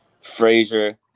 Frazier